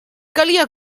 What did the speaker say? calia